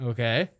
Okay